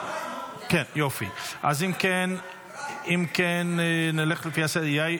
כן, יופי, אז אם כן נלך לפי הסדר.